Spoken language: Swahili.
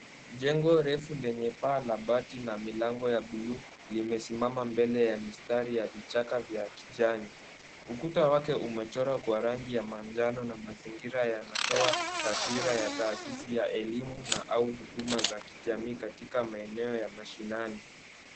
Jengo refu lenye paa la bati na milango ya buluu limesimama ya mistari ya vichaka vya kijani. Ukuta wake umechorwa kwa rangi ya manjano na mazingira yanatoa taswira ya taasisi ya elimu au huduma za kijamii katika maeneo ya mashinani.